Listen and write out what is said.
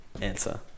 answer